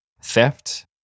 Theft